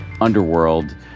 underworld